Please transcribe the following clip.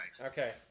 Okay